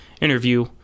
interview